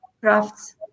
crafts